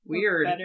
Weird